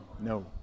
No